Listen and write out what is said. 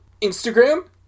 Instagram